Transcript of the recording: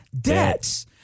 debts